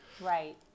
Right